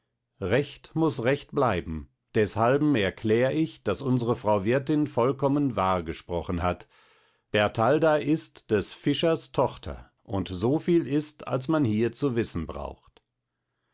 recht muß recht bleiben deshalben erklär ich daß unsre frau wirtin vollkommen wahr gesprochen hat bertalda ist des fischers tochter und so viel ist als man hier zu wissen braucht